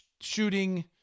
shooting